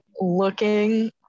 looking